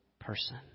person